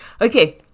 Okay